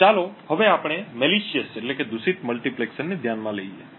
તો ચાલો હવે આપણે દૂષિત મલ્ટીપ્લેક્સરને ધ્યાનમાં લઈએ